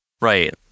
Right